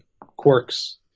quirks